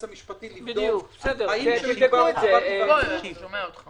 המשפטי לבדוק האם יש --- חובת היוועצות.